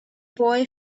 boy